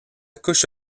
couche